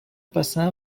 passar